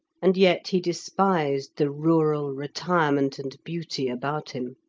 and yet he despised the rural retirement and beauty about him.